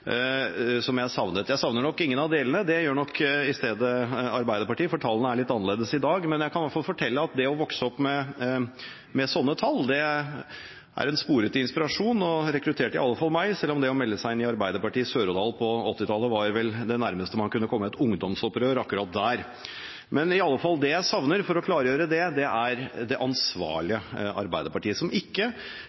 som jeg savnet. Jeg savner nok ingen av delene. Det gjør nok i stedet Arbeiderpartiet, for tallene er litt annerledes i dag. Men jeg kan i hvert fall fortelle at det å vokse opp med sånne tall er en spore til inspirasjon og rekrutterte i alle fall meg, selv om det å melde seg inn i Høyre i Sør-Odal på 1980-tallet vel var det nærmeste man kunne komme et ungdomsopprør akkurat der. I alle fall: Det jeg savner – for å klargjøre det – er det ansvarlige Arbeiderpartiet, som ikke